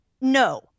No